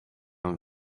own